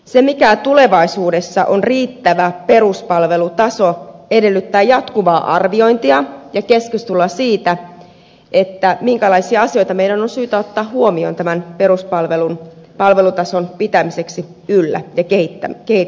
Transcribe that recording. se mikä tulevaisuudessa on riittävä peruspalvelutaso edellyttää jatkuvaa arviointia ja keskustelua siitä minkälaisia asioita meidän on syytä ottaa huomioon tämän peruspalvelutason pitämiseksi yllä ja sen kehittämiseksi